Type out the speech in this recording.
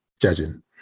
judging